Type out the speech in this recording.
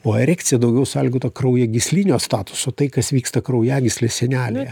o erekcija daugiau sąlygota kraujagyslinio statuso tai kas vyksta kraujagyslės sienelėje